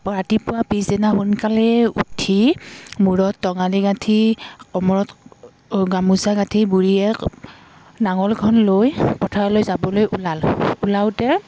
ৰাতিপুৱা পিছদিনা সোনকালে উঠি মূৰত টঙালী গাঁঠি কমৰত গামোচা গাঁঠি বুঢ়ীয়ে নাঙলখন লৈ পথাৰলৈ যাবলৈ ওলাল ওলাওতে